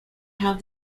have